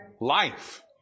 Life